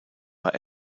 war